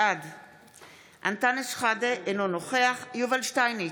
בעד אנטאנס שחאדה, אינו נוכח יובל שטייניץ,